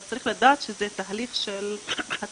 אבל צריך לדעת שזה תהליך של הטמעה,